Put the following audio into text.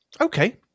okay